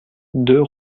deux